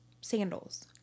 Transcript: sandals